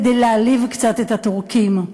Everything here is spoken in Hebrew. כדי להעליב קצת את הטורקים.